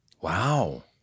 Wow